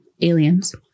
aliens